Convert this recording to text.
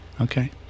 Okay